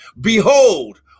behold